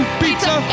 pizza